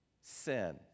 sin